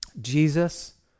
Jesus